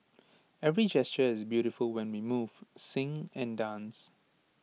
every gesture is beautiful when we move sing and dance